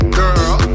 girl